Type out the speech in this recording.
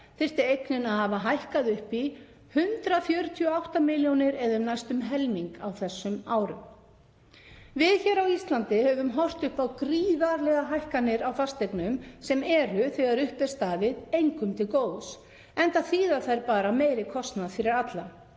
þyrfti eignin að hafa hækkað upp í 148 milljónir eða um næstum helming á þessum árum. Við hér á Íslandi höfum horft upp á gríðarlegar hækkanir á fasteignum sem eru þegar upp er staðið engum til góðs enda þýða þær bara meiri kostnað fyrir alla.